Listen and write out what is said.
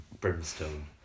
brimstone